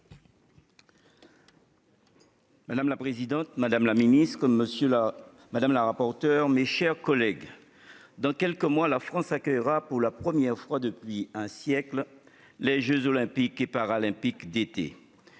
Madame la présidente, madame la ministre, mes chers collègues, dans quelques mois, la France accueillera, pour la première fois depuis près d'un siècle, les jeux Olympiques et Paralympiques d'été.